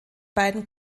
beiden